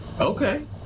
Okay